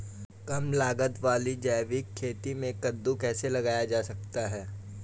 कम लागत वाली जैविक खेती में कद्दू कैसे लगाया जा सकता है?